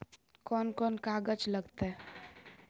कौन कौन कागज लग तय?